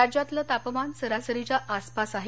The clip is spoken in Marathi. राज्यातलं तापमान सरासरीच्या आसपास आहे